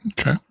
okay